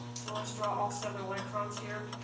so let's draw all seven electrons here.